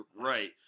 right